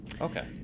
okay